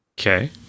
Okay